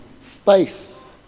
faith